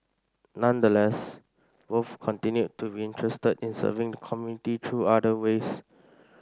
nonetheless both continue to be interested in serving the community through other ways